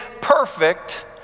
perfect